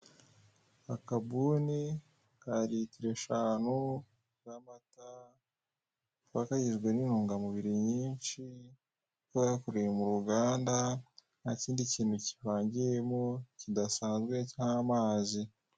Akabuni ka ritiro eshanu z'amata kaba kagizwe n'intungamubiri nyinshi kuko aba yakorewe mu ruganda ntakindi kintu kivangiyemo kidasanzwe cy'amazi.